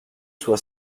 soit